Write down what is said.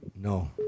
No